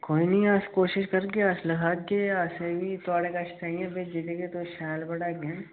कोई नी अस कोशिश करगे अस लखाह्गे असेंगी थुआढ़े कश ताइयें भेजे दे कि तुस शैल पढ़ाह्गे